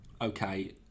okay